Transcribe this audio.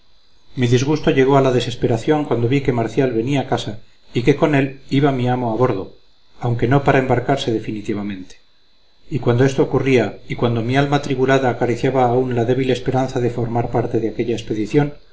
mi disgusto llegó a la desesperación cuando vi que marcial venía a casa y que con él iba mi amo a bordo aunque no para embarcarse definitivamente y cuando esto ocurría y cuando mi alma atribulada acariciaba aún la débil esperanza de formar parte de aquella expedición